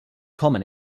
common